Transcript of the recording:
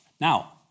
Now